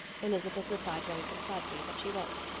elizabeth replied very concisely that she was.